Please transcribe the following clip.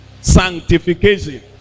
Sanctification